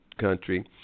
country